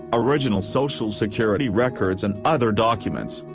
original social security records and other documents,